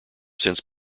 since